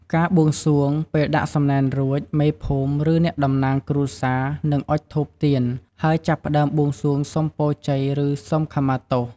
ការបួងសួង ពេលដាក់សំណែនរួច មេភូមិ ឬអ្នកតំណាងគ្រួសារនឹងអុជធូបទៀន ហើយចាប់ផ្ដើមបួងសួងសុំពរជ័យ ឬសុំខមាទោស។